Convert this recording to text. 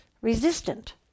resistant